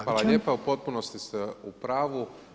Hvala lijepo u potpunosti ste u pravu.